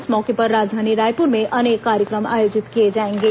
इस मौके पर राजधानी रायपुर में अनेक कार्यक्रम आयोजित किए जाएंगे